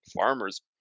farmers